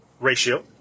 ratio